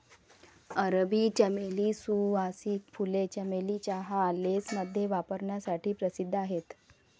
अरबी चमेली, सुवासिक फुले, चमेली चहा, लेसमध्ये वापरण्यासाठी प्रसिद्ध आहेत